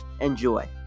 Enjoy